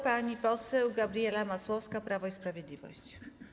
Pani poseł Gabriela Masłowska, Prawo i Sprawiedliwość.